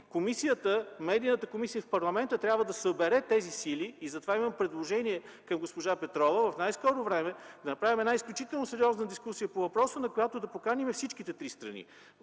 би и Медийната комисия в парламента трябва да събере тези сили. Затова имам предложение към госпожа Петрова: в най-скоро време да направим изключително сериозна дискусия по въпроса, на която да поканим всички три страни,